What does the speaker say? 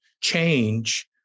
change